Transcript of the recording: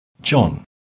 John